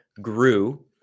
grew